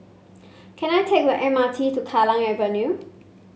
can I take the M R T to Kallang Avenue